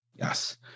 Yes